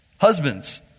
Husbands